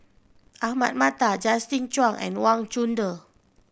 Ahmad Mattar Justin Zhuang and Wang Chunde